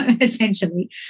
essentially